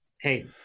Hey